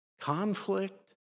conflict